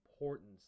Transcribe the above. importance